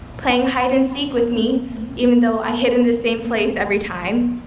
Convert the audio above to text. playing hide and seek with me even though i hid in the same place every time,